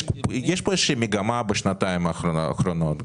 יש פה איזושהי מגמה בשנתיים האחרונות,